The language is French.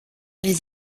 les